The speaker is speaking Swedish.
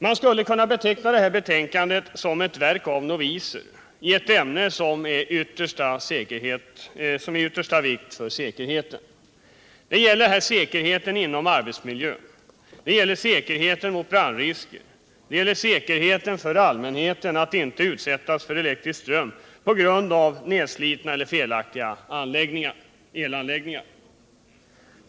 Man skulle kunna beteckna det här betänkandet som ett verk av noviser i ett ämne som är av yttersta vikt för säkerheten. Det gäller säkerheten inom arbetsmiljön. Det gäller säkerheten mot brandrisken. Det gäller säkerheten för allmänheten att inte utsättas för elektrisk ström på grund av nedslitna eller felaktiga elanläggningar.